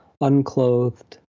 unclothed